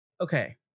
Okay